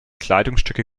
kleidungsstücke